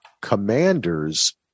Commanders